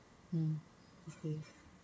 mm okay